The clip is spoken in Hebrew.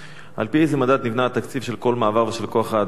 3. על-פי איזה מדד נבנה התקציב של כל מעבר ושל כוח-האדם בו?